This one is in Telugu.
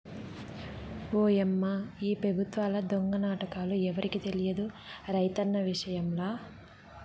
ఓయమ్మా ఈ పెబుత్వాల దొంగ నాటకాలు ఎవరికి తెలియదు రైతన్న విషయంల